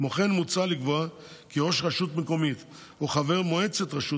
כמו כן מוצע לקבוע כי ראש רשות מקומית או חבר מועצת רשות